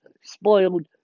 spoiled